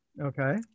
Okay